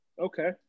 Okay